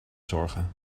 zorgen